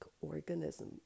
organism